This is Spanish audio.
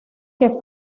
que